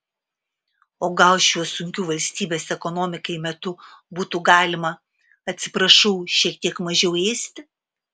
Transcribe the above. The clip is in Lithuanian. o gal šiuo sunkiu valstybės ekonomikai metu būtų galima atsiprašau šiek tiek mažiau ėsti